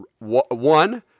one